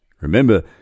Remember